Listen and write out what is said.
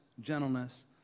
gentleness